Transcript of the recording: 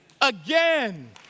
Again